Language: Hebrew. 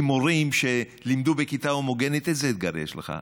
כי מורים שלימדו בכיתה הומוגנית, איזה אתגר יש לך?